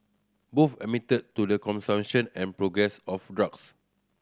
both admitted to the consumption and progress of drugs